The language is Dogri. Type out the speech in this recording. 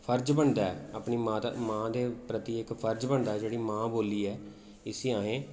फर्ज बनदा ऐ अपनी मां दा मां दे प्रति इक फर्ज बनदा ऐ जेह्ड़ी मां बोल्ली ऐ इसी असें